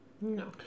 No